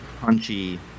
punchy